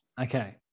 Okay